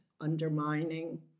undermining